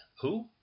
Who